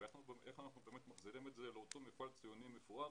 איך אנחנו מחזירים את זה לאותו מפעל ציוני מפואר